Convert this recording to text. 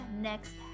next